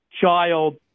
child